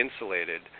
insulated